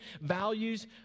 Values